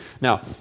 Now